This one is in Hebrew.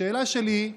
השאלה שלי: